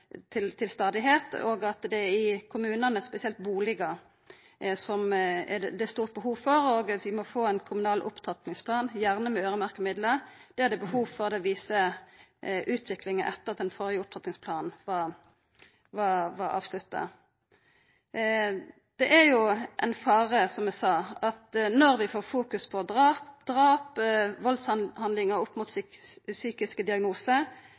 til stadigheit, og at det er i kommunane det spesielt er eit stort behov for bustader. Vi må få ein kommunal opptrappingsplan, gjerne med øyremerkte midlar. Det er det behov for – det viser utviklinga etter at den førre opptrappingsplanen vart avslutta. Det er ein fare for, som eg sa, at når vi fokuserer på drap og valdshandlingar opp mot psykiske diagnosar,